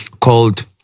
called